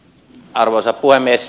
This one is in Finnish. arvoisa puhemies